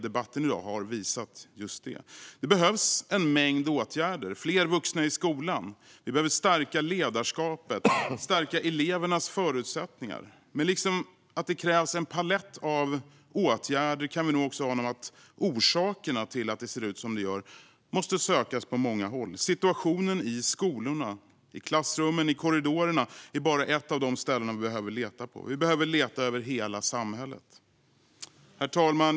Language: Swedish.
Debatten i dag har visat just det. Det behövs en mängd åtgärder. Det behövs fler vuxna i skolan. Vi behöver stärka ledarskapet och stärka elevernas förutsättningar. Det krävs en palett av åtgärder. Vi kan nog också ana att orsakerna till att det ser ut som det gör måste sökas på många håll. Det gäller situationen i skolorna, i klassrummen och i korridorerna, men det är bara ett av ställena vi behöver leta på. Vi behöver leta över hela samhället. Herr talman!